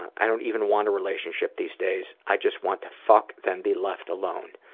i don't even want a relationship these days, i just want to fuck then be left alone.